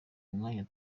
mwanya